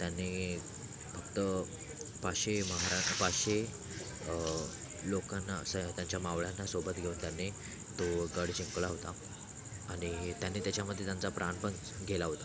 त्यांनी फक्त पाचशे महाराष्ट्र पाचशे लोकांना स त्यांच्या मावळ्यांना सोबत घेऊन त्यांनी तो गड जिंकला होता आणि त्यांनी त्याच्यामध्ये त्यांचा प्राण पण गेला होता